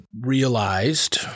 realized